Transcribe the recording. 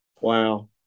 Wow